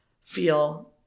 feel